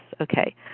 okay